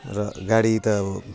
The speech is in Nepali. र गाडी त अब